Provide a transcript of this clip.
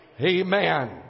Amen